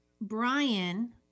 Brian